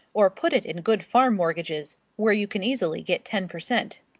or put it in good farm mortgages, where you can easily get ten per cent.